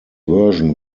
version